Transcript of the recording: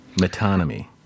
Metonymy